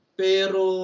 pero